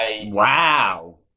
Wow